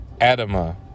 Adama